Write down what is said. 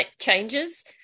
changes